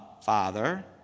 father